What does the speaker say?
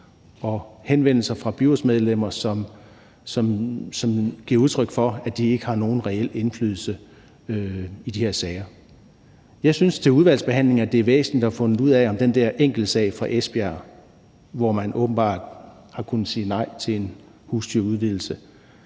og henvendelser fra byrådsmedlemmer, som giver udtryk for, at de ikke har nogen reel indflydelse i de her sager. Jeg synes, at det til udvalgsbehandlingen er væsentligt at få fundet ud af, om den der enkeltsag fra Esbjerg, hvor man åbenbart har kunnet sige nej til en husdyrudvidelse,